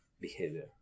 behavior